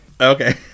Okay